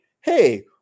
hey